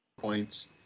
points